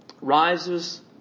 rises